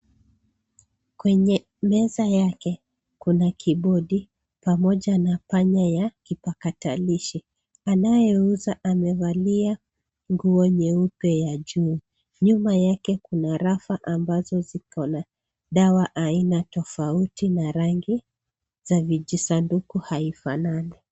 Kwenye meza yake, kuna kibodi pamoja na panya ya kipakatalishi. Anayeuza anavalia nguo nyeupe ya juu. Nyuma yake kuna rafa ambazo ziko na dawa aina tofauti na rangi ya vijisanduku haifanani.